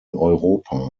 europa